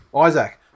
Isaac